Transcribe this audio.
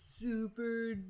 super